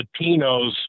Latinos